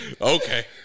Okay